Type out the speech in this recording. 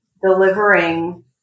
delivering